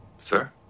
Sir